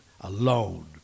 alone